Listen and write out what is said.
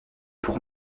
pour